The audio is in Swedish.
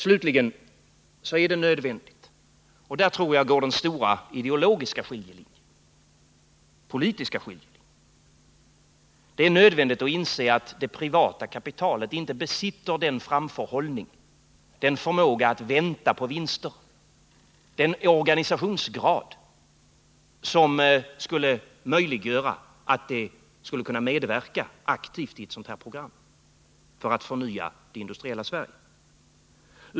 Slutligen: det är nödvändigt — och där, tror jag, går den stora ideologiska och politiska skiljelinjen — att inse att det privata kapitalet inte besitter den framförhållning, den förmåga att vänta på vinster, den organisationsgrad som skulle möjliggöra en aktiv medverkan i ett program som syftar till att förnya det industriella Sverige.